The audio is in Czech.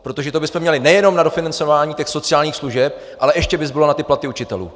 Protože to bychom měli nejenom na dofinancování těch sociálních služeb, ale ještě by zbylo na ty platy učitelů!